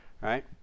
right